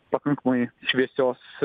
pakankamai šviesios